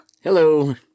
Hello